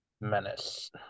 Menace